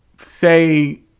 say